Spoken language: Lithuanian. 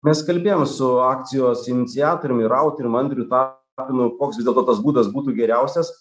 mes kalbėjom su akcijos iniciatorium ir autorium andriu ta tapinu koks vis dėlto tas būdas būtų geriausias